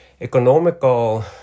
economical